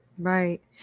Right